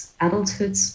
adulthood